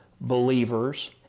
believers